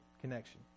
connection